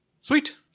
Sweet